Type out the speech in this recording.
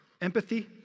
Empathy